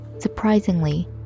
Surprisingly